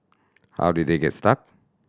how did they get stuck